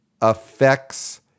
affects